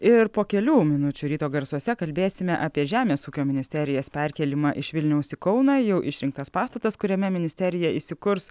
ir po kelių minučių ryto garsuose kalbėsime apie žemės ūkio ministerijos perkėlimą iš vilniaus į kauną jau išrinktas pastatas kuriame ministerija įsikurs